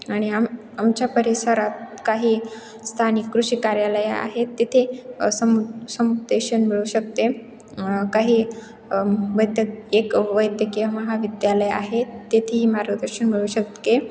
आणि आम आमच्या परिसरात काही स्थानिक कृषी कार्यालयं आहेत तिथे समु समुपदेशन मिळू शकते काही वैद्य एक वैद्यकीय महाविद्यालय आहे तेथेही मार्गदर्शन मिळू शकते